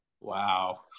wow